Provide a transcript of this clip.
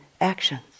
actions